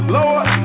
Lord